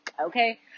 Okay